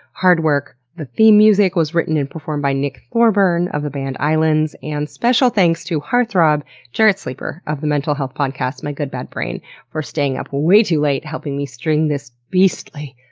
hard work. the theme music was written and performed by nick thorburn of the band islands. and special thanks to heartthrob jarrett sleeper of the mental health podcast my good bad brain for staying up way too late helping me string this beastly,